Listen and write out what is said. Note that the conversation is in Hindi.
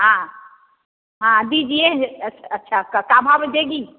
हाँ हाँ दीजिए अच्छा का भाव में देंगी